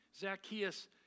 Zacchaeus